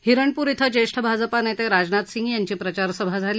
हिरणपूर इथं ज्येष्ठ भाजपा नेते राजनाथ सिंग यांची प्रचारसभा झाली